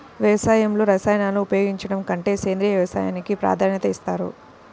వ్యవసాయంలో రసాయనాలను ఉపయోగించడం కంటే సేంద్రియ వ్యవసాయానికి ప్రాధాన్యత ఇస్తారు